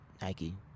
Nike